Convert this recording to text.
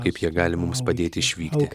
kaip jie gali mums padėti išvykti